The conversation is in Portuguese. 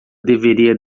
deveria